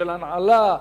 של הנעלה,